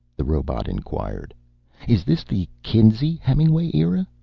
the robot inquired is this the kinsey-hemingway era?